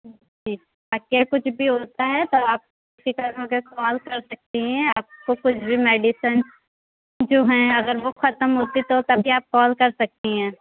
جی تاکہ کچھ بھی ہوتا ہے تو آپ بے فکر ہو کے کال کر سکتی ہیں آپ کو کچھ بھی میڈیسن جو ہیں اگر وہ ختم ہوتی ہے تو تب بھی آپ کال کر سکتی ہیں